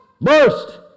Burst